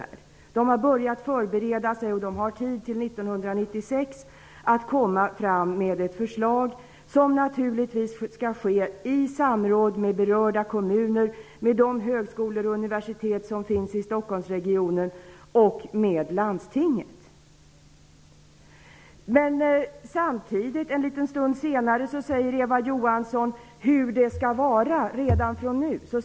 Man har börjat förbereda sig och har nu tid fram till 1996 att komma med ett förslag, som naturligtvis skall tas fram i samråd med berörda kommuner, med de högskolor och universitet som finns i Stockholmsregionen och med landstinget. En liten stund senare talar Eva Johansson om hur det skall vara redan nu.